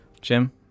Jim